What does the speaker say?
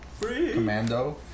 commando